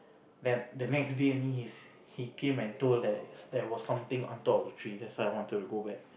then the next day only he he came and told that there was something on top of the tree that's why I wanted to go back